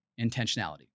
intentionality